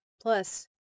Plus